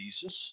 Jesus